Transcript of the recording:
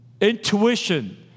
intuition